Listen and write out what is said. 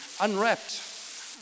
unwrapped